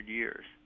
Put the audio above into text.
years